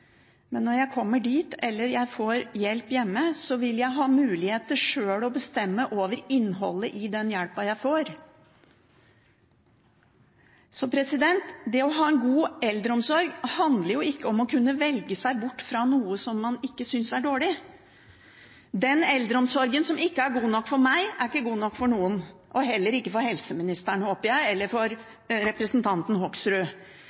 Men når jeg kommer dit eller får hjelp hjemme, vil jeg ha mulighet til sjøl å bestemme over innholdet i den hjelpen jeg får. Det å ha en god eldreomsorg handler ikke om kunne velge seg bort fra noe som man ikke synes er dårlig. Den eldreomsorgen som ikke er god nok for meg, er ikke god nok for noen – ikke for helseministeren eller representanten Hoksrud heller, håper jeg.